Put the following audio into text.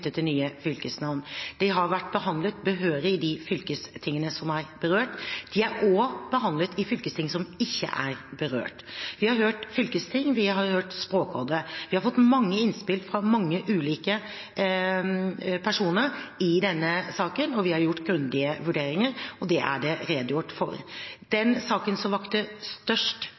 til nye fylkesnavn, og de har vært behandlet behørig i de fylkestingene som er berørt. De er også behandlet i fylkesting som ikke er berørt. Vi har hørt fylkesting og vi har hørt Språkrådet. Vi har fått mange innspill fra mange ulike personer i denne saken, vi har gjort grundige vurderinger og det er det redegjort for. Den saken som vakte størst